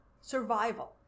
survival